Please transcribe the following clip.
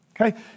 Okay